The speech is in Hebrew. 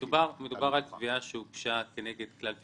-- מדובר על תביעה שהוגשה כנגד כלל פיננסים.